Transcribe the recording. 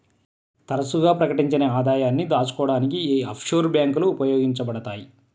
తరచుగా ప్రకటించని ఆదాయాన్ని దాచుకోడానికి యీ ఆఫ్షోర్ బ్యేంకులు ఉపయోగించబడతయ్